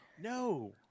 No